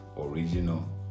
original